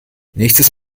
nächstes